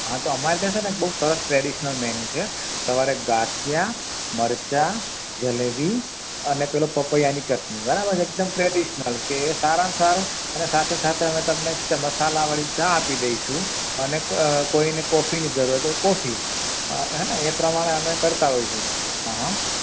હા તો અમારે ત્યાં છે ને એક બહુ સરસ ટ્રેડિશનલ મેનુ છે સવારે ગાંઠિયા મરચાં જલેબી અને પેલી પપૈયાની ચટણી બરાબર એકદમ ટ્રેડિશનલ કે તે સારામાં સારું અને સાથે અમે તમને ચ મસાલાવાળી ચા આપી દઈશું અને ક કોઈને કોફીની જરૂર હોય તો કોફી હેં ને એ પ્રમાણે અમે કરતા હોય છે